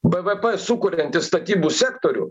bvp sukuriantį statybų sektorių